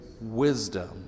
wisdom